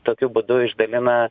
tokiu būdu išdalina